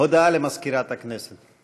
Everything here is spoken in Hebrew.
ודעה למזכירת הכנסת.